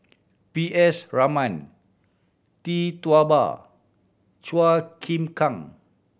P S Raman Tee Tua Ba Chua Chim Kang